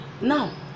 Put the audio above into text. now